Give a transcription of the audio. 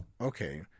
Okay